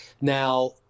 Now